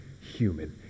human